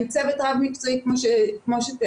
צוות רב מקצועי כמו שתיארתי,